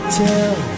tell